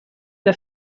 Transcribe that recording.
era